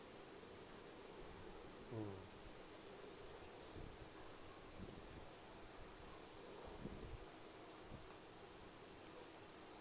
mm